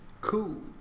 Cool